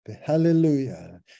Hallelujah